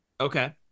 Okay